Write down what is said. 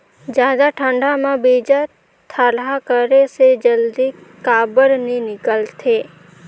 जादा ठंडा म बीजा थरहा करे से जल्दी काबर नी निकलथे?